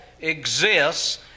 exists